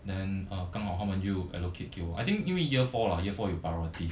then uh 刚好他们就 allocate 给我 I think 因为 year four lah year four 有 priority